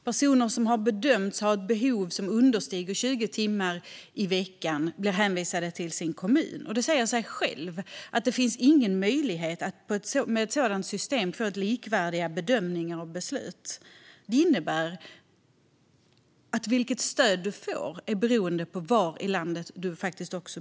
Personer som har bedömts ha ett behov som understiger 20 timmar i veckan har blivit hänvisade till sin kommun, och det säger sig självt att med ett sådant system finns det ingen möjlighet att få till likvärdiga bedömningar och beslut. Vilket stöd man får har alltså varit beroende av var i landet man bor.